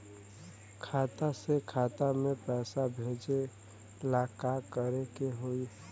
खाता से खाता मे पैसा भेजे ला का करे के होई?